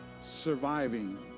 surviving